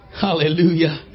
Hallelujah